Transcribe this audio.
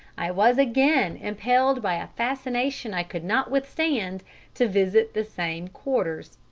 i was again impelled by a fascination i could not withstand to visit the same quarters.